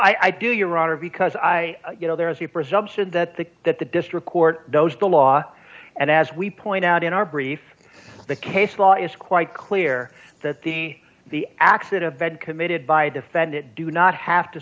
well i do your honor because i you know there is a presumption that the that the district court those the law and as we point out in our brief the case law is quite clear that the the accident bed committed by a defendant do not have to